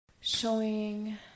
showing